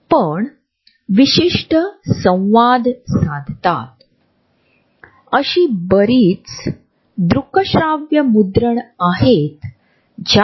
आपल्या दररोजच्या व्यवहारात आणि घराच्या इमारतींमध्ये आणि शेवटी शहराच्या रचनेत आपल्या जागेचे आयोजन करण्याच्या बाबतीत एकमेकांशी असलेले अंतर आढळते